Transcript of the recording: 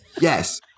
Yes